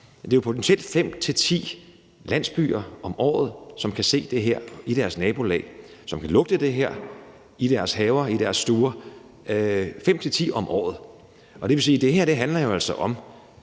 Det er jo potentielt fem til ti landsbyer om året, som kan mærke det her i deres nabolag, og som kan lugte det her i deres haver og i deres stuer – altså fem til ti om året. Det vil sige, at det her jo altså